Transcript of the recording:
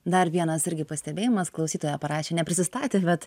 dar vienas irgi pastebėjimas klausytoja parašė neprisistatė bet